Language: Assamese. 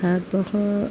ভাৰতবৰ্ষৰ